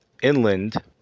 inland